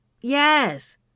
Yes